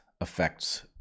affects